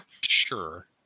Sure